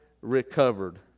recovered